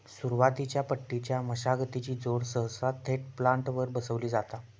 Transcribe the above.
सुरुवातीच्या पट्टीच्या मशागतीची जोड सहसा थेट प्लांटरवर बसवली जाता